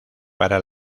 para